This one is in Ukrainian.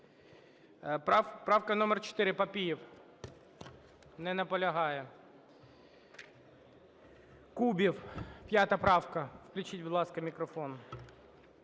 Правка номер 4. Папієв. Не наполягає. Кубів, 5 правка. Включіть, будь ласка, мікрофон.